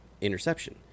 interception